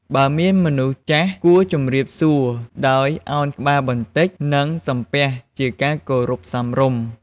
បើមានមនុស្សចាស់គួរជំរាបសួរដោយអោនក្បាលបន្តិច និង សំពះជាការគោរពសមរម្យ។